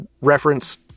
reference